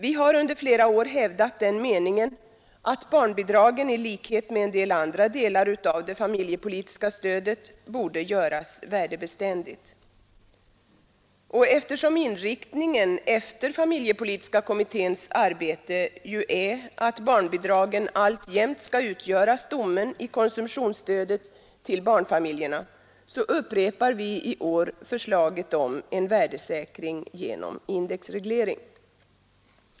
Vi har under flera år hävdat den meningen att barnbidragen i likhet med flera andra delar av det familjepolitiska stödet borde göras värdebeständiga. Och eftersom inriktningen även efter familjepolitiska kommitténs arbete ju är att barnbidragen alltjämt skall utgöra stommen i konsumtionsstödet till barnfamiljerna, upprepar vi i år förslaget om en värdesäkring genom indexreglering.